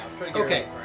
Okay